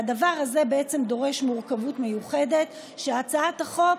והדבר הזה דורש מורכבות מיוחדת שהצעת החוק,